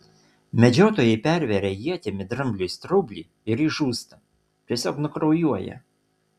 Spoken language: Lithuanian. medžiotojai perveria ietimi drambliui straublį ir jis žūsta tiesiog nukraujuoja